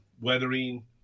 weathering